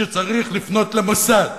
שצריך לפנות למוסד,